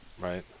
Right